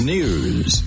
News